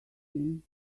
him